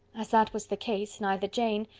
as that was the case, neither jane,